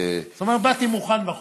באתי מוכן עם החומר.